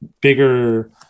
bigger